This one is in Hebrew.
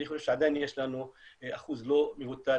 אני חושב שעדיין יש לנו אחוז לא מבוטל